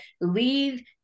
leave